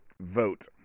vote